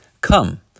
come